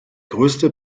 größte